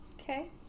Okay